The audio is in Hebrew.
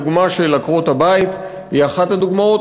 הדוגמה של עקרות-הבית היא אחת הדוגמאות,